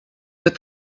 wird